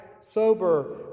sober